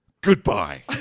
Goodbye